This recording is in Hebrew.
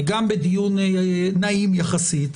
גם בדיון נעים יחסית,